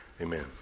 amen